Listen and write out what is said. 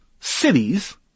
cities